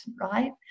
right